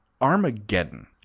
armageddon